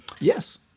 Yes